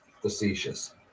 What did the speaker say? facetious